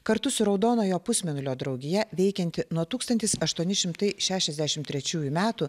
kartu su raudonojo pusmėnulio draugija veikianti nuo tūkstantis aštuoni šimtai šešiasdešimt trečiųjų metų